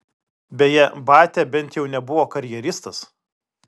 beje batia bent jau nebuvo karjeristas